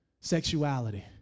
sexuality